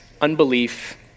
unbelief